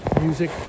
music